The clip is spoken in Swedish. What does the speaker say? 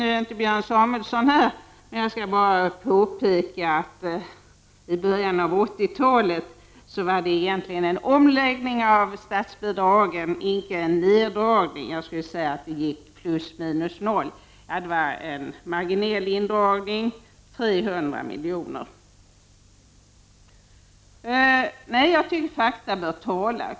Nu är Björn Samuelson inte i kammaren, men jag vill ändå påpeka att det i början av 80-talet skedde en omläggning av statsbidragen, inte en neddragning. Jag skulle vilja säga att det blev plus minus noll i fråga om statsbidragen. Endast en marginell indragning på 300 miljoner gjordes. Jag anser alltså att fakta bör tala.